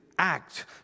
Act